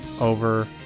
over